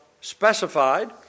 specified